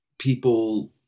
People